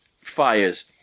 fires